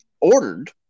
ordered